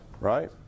Right